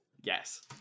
yes